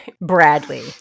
bradley